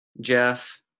Jeff